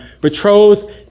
Betrothed